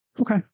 Okay